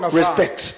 respect